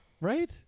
Right